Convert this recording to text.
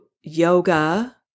yoga